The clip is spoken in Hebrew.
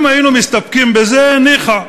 אם היינו מסתפקים בזה, ניחא.